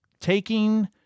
taking